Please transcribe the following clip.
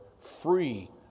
free